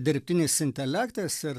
dirbtinis intelektas ir